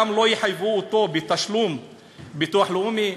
גם לא יחייבו אותו בתשלום ביטוח לאומי?